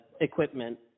equipment